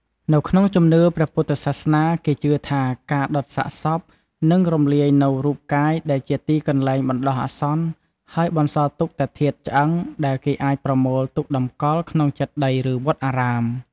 នៅក្នុងជំនឿព្រះពុទ្ធសាសនា គេជឿថាការដុតសាកសពនឹងរំលាយនូវរូបកាយដែលជាទីកន្លែងបណ្ដោះអាសន្ន ហើយបន្សល់ទុកតែធាតុឆ្អឹងដែលគេអាចប្រមូលទុកតម្កល់ទុកក្នុងចេតិយ ឬវត្តអារាម។